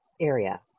area